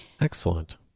Excellent